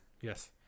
yes